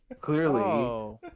clearly